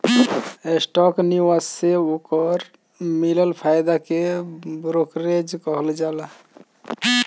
stock निवेश से ओकर मिलल फायदा के ब्रोकरेज कहल जाला